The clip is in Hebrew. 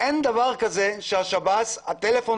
אין דבר כזה שבשירות בתי הסוהר, הטלפון